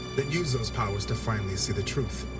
use those powers to finally see the truth.